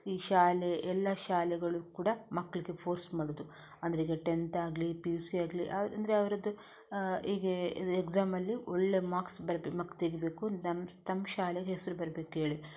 ಈ ಶಾಲೆ ಎಲ್ಲ ಶಾಲೆಗಳು ಕೂಡ ಮಕ್ಕಳಿಗೆ ಫೋರ್ಸ್ ಮಾಡುವುದು ಅಂದರೆ ಈಗ ಟೆಂತ್ ಆಗಲಿ ಪಿ ಯು ಸಿ ಆಗಲಿ ಅಂದರೆ ಅವರದ್ದು ಈಗ ಎಕ್ಸಾಮಲ್ಲಿ ಒಳ್ಳೆಯ ಮಾರ್ಕ್ಸ್ ಬರಬೇಕು ಮಾರ್ಕ್ಸ್ ತೆಗಿಬೇಕು ನಮ್ಮ ತಮ್ಮ ಶಾಲೆಗೆ ಹೆಸರು ಬರಬೇಕು ಹೇಳಿ